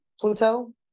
Pluto